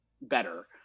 better